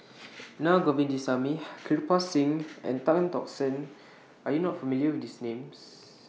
Na Govindasamy Kirpal Singh and Tan Tock San Are YOU not familiar with These Names